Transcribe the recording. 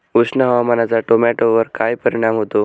उष्ण हवामानाचा टोमॅटोवर काय परिणाम होतो?